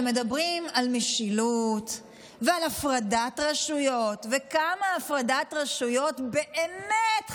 כשמדברים על משילות ועל הפרדת רשויות ועל כמה הפרדת רשויות באמת חשובה,